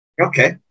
Okay